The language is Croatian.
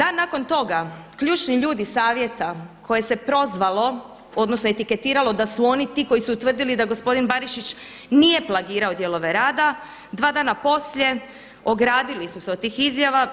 Dan nakon toga ključni ljudi savjeta koje se prozvalo, odnosno etiketiralo da su oni ti koji su utvrdili da gospodin Barišić nije plagirao dijelove rada dva dana poslije ogradili su se od tih izjava.